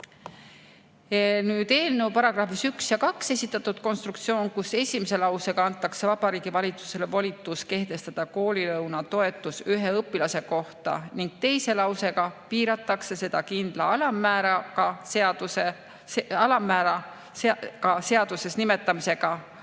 Eelnõu §‑des 1 ja 2 esitatud konstruktsioon, kus esimese lausega antakse Vabariigi Valitsusele volitus kehtestada koolilõuna toetus ühe õpilase kohta ning teise lausega piiratakse seda kindla alammäära seaduses nimetamisega,